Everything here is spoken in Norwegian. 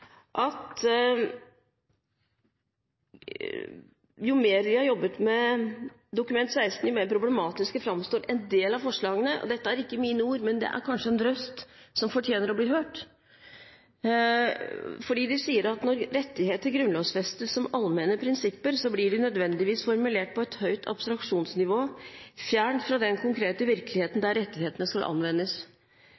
at jo mer de har jobbet med Dokument 16, desto mer problematiske framstår en del av forslagene. Dette er ikke mine ord, men dette er en røst som kanskje fortjener å bli hørt, fordi de sier: «Når rettigheter grunnlovfestes som allmenne prinsipper, blir de nødvendigvis formulert på et høyt abstraksjonsnivå, fjernt fra den konkrete virkeligheten